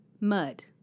Mud